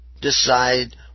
decide